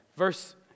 Verse